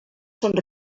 són